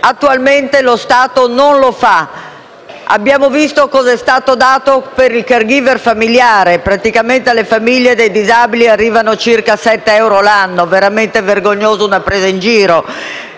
Attualmente lo Stato non lo fa. Abbiamo visto cos'è stato dato per il *caregiver* familiare: praticamente alle famiglie dei disabili arrivano circa 7 euro l'anno. È veramente vergognoso, una presa in giro.